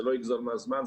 זה לא יגזול מהזמן.